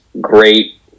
great